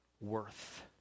worth